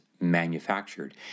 manufactured